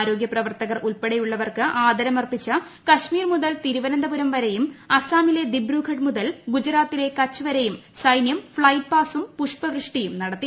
ആരോഗ്യ പ്രവർത്തകർ ഉൾപ്പെടെയുള്ളവർക്ക് ആദരം അർപ്പിച്ച് കാശ്മീർ മുതൽ തിരുവനന്തപുരം വരെയും അസമിലെ ദിബ്രുഗഡ് മുതൽ ഗുജറാത്തിലെ കച്ച് വരെയും സൈനൃം ഫ്ളൈറ്റ്പാസ്റ്റും പുഷ്പവൃഷ്ടിയും നടത്തി